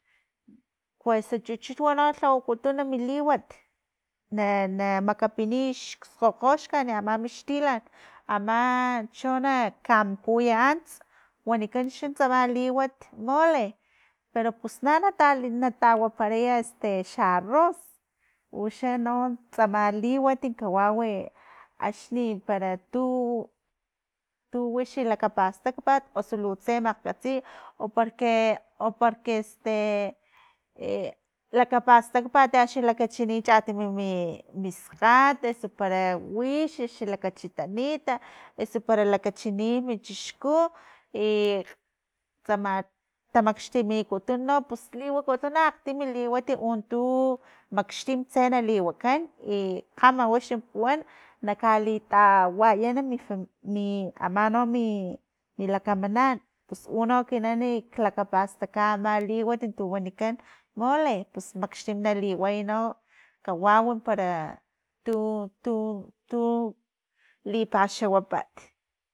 Kuesa chuchut no lhawakutun mi liwat na- na makapiniy xskgokgoxkan ama mixtilan, ama cho na mujuy ants wanikan xa tsama liwat mole, pero pus na natawaparay este xa arroz, uxano tsama liwat kawawi e axni para tu- tu wixa lakapastakpat osu lu tse makgkatsiy o porque- o porque este e lakapastakpat axni lakachini chatimi miskgat eso para wixi xa lakachitanit eso para lakachini min chixku i tsama tamakxtimikutun no pus liwakutun akgtimi liwat untu makxtim tse li wakan i kgama wixi puwan na kalitawayana mi familia a miamano- mi- mi lakamanan pus uno ekinan e lakapastaka ama liwat tu wanikan mole pus makxtim naliway no kawau para tu- tu- tu lipaxawapat.